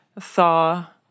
thaw